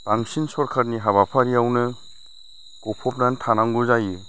बांसिन सोरखारनि हाबाफारियावनो गफ'बनानै थानांगौ जायो